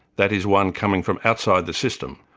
that is one coming from outside the system,